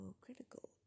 critical